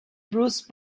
bruce